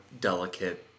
delicate